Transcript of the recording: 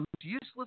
useless